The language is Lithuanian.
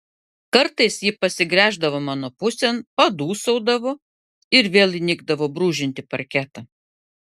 kartais ji pasigręždavo mano pusėn padūsaudavo ir vėl įnikdavo brūžinti parketą